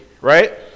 right